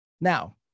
Now